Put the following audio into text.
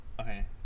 Okay